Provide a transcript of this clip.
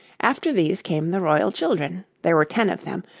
after these came the royal children there were ten of them,